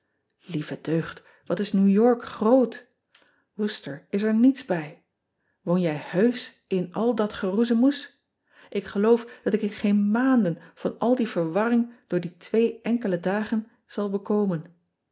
ieve deugd wat is ew ork groot orcester is er niets bij oon jij heusch in al dat geroezemoes k geloof dat ik in geen maanden van al die verwarring door die twee enkele dagen zal bekomen